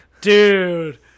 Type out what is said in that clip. dude